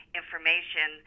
information